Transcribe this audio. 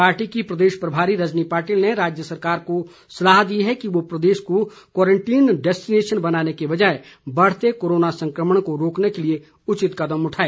party की प्रदेश प्रभारी रजनी पाटिल ने राज्य सरकार को सलाह दी है कि वो प्रदेश को क्वारंटीन डेस्टिनेशन बनाने की बजाए बढ़ते कोरोना संक्रमण को रोकने के लिए उचित कदम उठाए